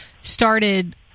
started